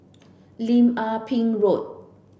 Lim Ah Pin Road